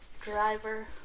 driver